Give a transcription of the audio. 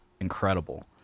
incredible